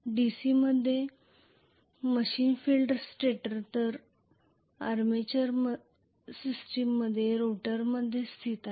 DC मध्ये machine field स्टेटरमध्ये तर आर्मेचर सिस्टममध्ये रोटरमध्ये स्थित आहे